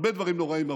הרבה דברים נוראיים,